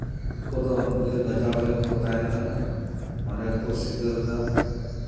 ᱱᱩᱠᱚ ᱫᱚ ᱵᱤᱨ ᱜᱟᱡᱟᱲ ᱨᱮᱜᱮ ᱠᱚ ᱛᱟᱦᱮᱱ ᱠᱟᱱᱟ ᱚᱸᱰᱮ ᱠᱚ ᱥᱤᱠᱟᱹᱨ ᱫᱟ